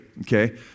okay